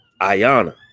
Ayana